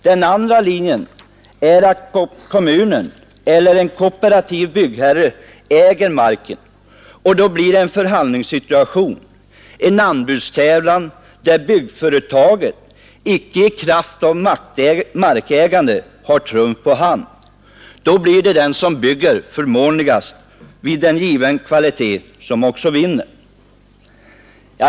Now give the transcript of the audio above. Den andra linjen är att kommunen eller en kooperativ byggherre äger marken, och då blir det en förhandlingssituation, en anbudstävlan, där byggföretaget inte i kraft av markägande har trumf på hand. Då blir det den som bygger förmånligast vid given kvalitet som vinner.